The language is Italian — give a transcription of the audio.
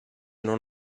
non